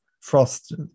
Frost